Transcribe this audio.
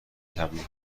تبدیل